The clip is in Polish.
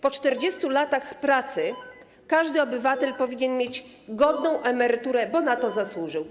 Po 40 latach pracy każdy obywatel powinien mieć godną emeryturę, bo na to zasłużył.